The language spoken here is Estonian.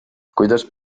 kuidas